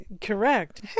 Correct